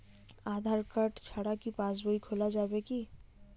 আধার card ছাড়া কি পাসবই খোলা যাবে কি?